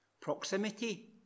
Proximity